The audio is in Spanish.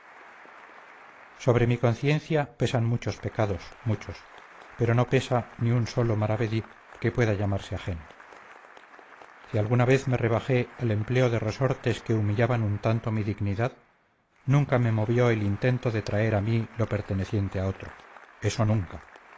sobre mi conciencia pesan muchos pecados muchos pero no pesa ni un solo maravedí que pueda llamarse ajeno si alguna vez me rebajé al empleo de resortes que humillaban un tanto mi dignidad nunca me movió el intento de traer a mí lo perteneciente a otro eso nunca